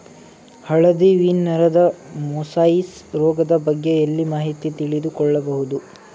ಹಳದಿ ವೀನ್ ನರದ ಮೊಸಾಯಿಸ್ ರೋಗದ ಬಗ್ಗೆ ಎಲ್ಲಿ ಮಾಹಿತಿ ತಿಳಿದು ಕೊಳ್ಳಬಹುದು?